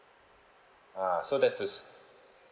ah so that's this